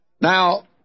Now